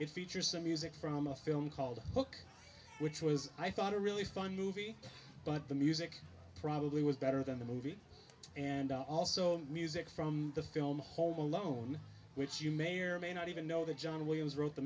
features some music from a film called book which was i thought a really fun movie but the music probably was better than the movie and also music from the film home alone which you may or may not even know that john williams wrote the